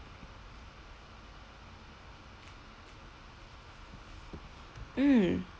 mm